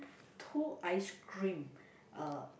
two ice cream uh